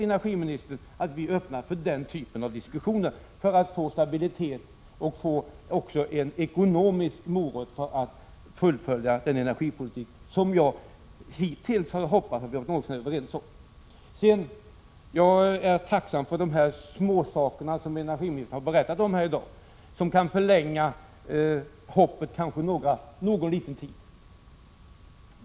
Energiministern vet att vi är öppna för den typen av diskussioner för att få stabilitet och en ”morot” ekonomiskt sett, detta för att fullfölja den energipolitik som jag, åtminstone hittills, trott att vi varit något så när överens om. Jag är tacksam för de ”småsaker” som energiministern har berättat om här i dag och som kanske kan förlänga hoppet någon liten tid.